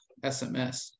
sms